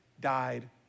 died